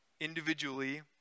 individually